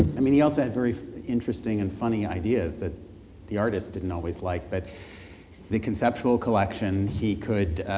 i mean he also had very interesting and funny ideas that the artist didn't always like but the conceptual collection he could